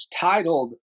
titled